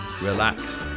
relax